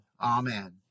amen